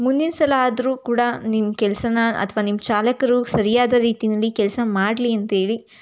ಮುಂದಿನ ಸಲ ಆದರೂ ಕೂಡ ನಿಮ್ಮ ಕೆಲಸಾನ ಅಥವಾ ನಿಮ್ಮ ಚಾಲಕರು ಸರಿಯಾದ ರೀತಿನಲ್ಲಿ ಕೆಲಸ ಮಾಡಲಿ ಅಂತೇಳಿ